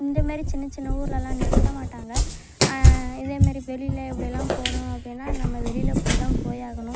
இந்த மாரி சின்ன சின்ன ஊர்லெலாம் நிறுத்த மாட்டாங்க இதேமாரி வெளியில் இப்படிலாம் போகணும் அப்படீன்னா நம்ம வெளியில் போய் தான் போய் ஆகணும்